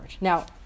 Now